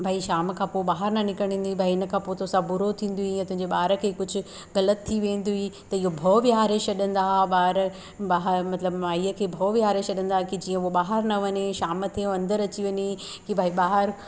भई शाम खां पोइ ॿाहिरि न निकरण ॾींदी भई हिनखां पोइ तोसां बूरो थींदईं या तुहिंजे ॿार खे कुझु ग़लति थी वेंदी हुई त हीअ भओ वेहारे छॾंदा हा ॿार ॿाहिरि मतिलबु माइअ खे भओ वेहारे छॾंदा हा की जीअं उहो ॿाहिरि न वञे शाम थी ऐं अंदरि अची वञे की भई ॿाहिरि